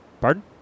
Pardon